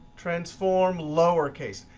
transform, lower case.